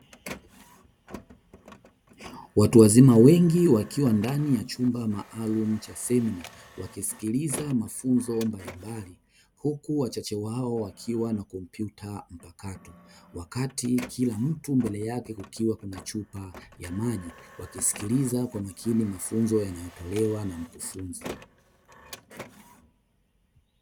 Watu wazima mwengi wakiwa ndani ya chumba maalumu cha semina wakisikiliza mafunzo mbalimbali, huku wachache wao wakiwa na kompyuta mpakato wakati kila mtu mbele yake kukiwa na chupa ya maji ,wakisikiliza kwa makini mafunzo yanayotolewa na mkufunzi.